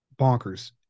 bonkers